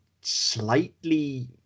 slightly